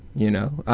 you know?